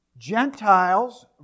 Gentiles